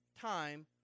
time